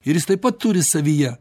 ir jis taip pat turi savyje